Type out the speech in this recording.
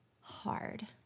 hard